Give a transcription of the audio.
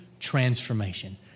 transformation